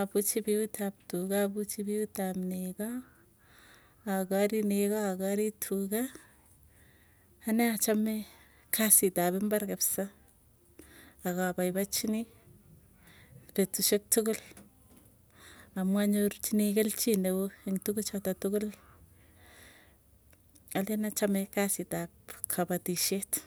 akwechi piut ap tuga apuchinepo negoo. Akarii nego akarii tuga, anee achame kasit ap imbari akapaipachinii, petusyek tukul amu anyorchiini kelchin neo ing tuku chuto tukul. Alen achame kasit ap kapatisyet.